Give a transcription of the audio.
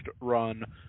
run